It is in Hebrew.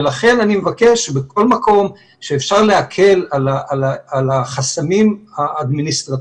לכן אני מבקש שבכל מקום שאפשר להקל על החסמים האדמיניסטרטיביים